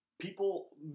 people